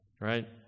right